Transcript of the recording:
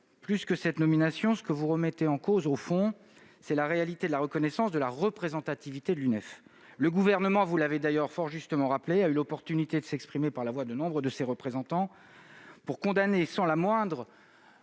de cette nomination, ce que vous remettez en cause, au fond, c'est la réalité de la reconnaissance de la représentativité de l'UNEF. Le Gouvernement- vous l'avez d'ailleurs fort justement rappelé -a eu l'opportunité de s'exprimer par la voix de nombre de ses représentants pour condamner sans la moindre